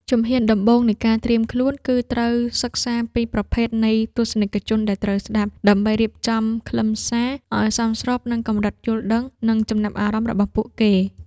ជំហានដំបូងនៃការត្រៀមខ្លួន គឺត្រូវសិក្សាពីប្រភេទនៃទស្សនិកជនដែលត្រូវស្ដាប់ ដើម្បីរៀបចំខ្លឹមសារឱ្យសមស្របនឹងកម្រិតយល់ដឹង និងចំណាប់អារម្មណ៍របស់ពួកគេ។